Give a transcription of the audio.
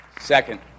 Second